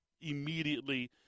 immediately